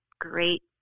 great